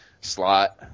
slot